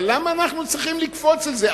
אבל למה אנחנו צריכים לקפוץ על זה?